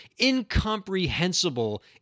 incomprehensible